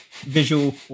visual